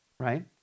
right